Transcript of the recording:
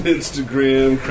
Instagram